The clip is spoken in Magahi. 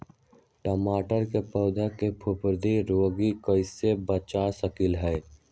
टमाटर के पौधा के फफूंदी रोग से कैसे बचा सकलियै ह?